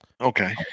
Okay